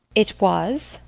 it was.